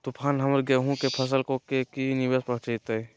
तूफान हमर गेंहू के फसल के की निवेस पहुचैताय?